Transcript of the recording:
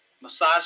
massage